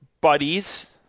buddies